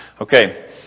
Okay